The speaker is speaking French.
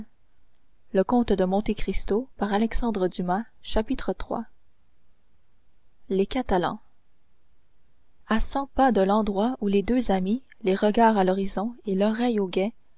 beaux jours de printemps iii les catalans à cent pas de l'endroit où les deux amis les regards à l'horizon et l'oreille au guet